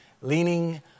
Leaning